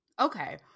Okay